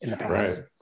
right